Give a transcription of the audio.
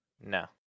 No